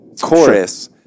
chorus